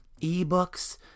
eBooks